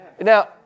Now